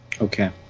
Okay